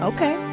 Okay